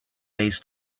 ways